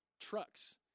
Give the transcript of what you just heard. trucks